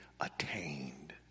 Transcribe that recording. attained